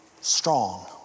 strong